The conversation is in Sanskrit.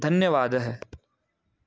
धन्यवादः